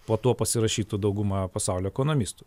po to pasirašytų dauguma pasaulio ekonomistų